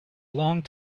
long